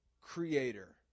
creator